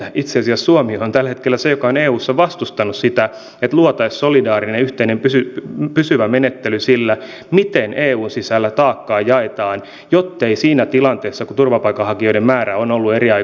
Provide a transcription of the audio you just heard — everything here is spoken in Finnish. itse asiassa suomi on tällä hetkellä se joka on eussa vastustanut sitä että luotaisiin solidaarinen yhteinen ja pysyvä menettely sille miten eun sisällä taakkaa jaetaan jottei siinä tilanteessa kun turvapaikanhakijoiden määrä on eri aikoina noussut nopeasti